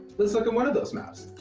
let's look at one of those maps.